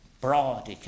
Broad